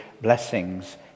blessings